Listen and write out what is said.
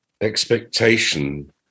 expectation